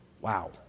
Wow